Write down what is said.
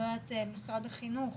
משרד החינוך,